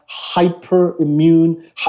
hyperimmune